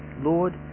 Lord